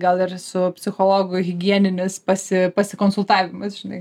gal ir su psichologu higieninis pasi pasikonsultavimas žinai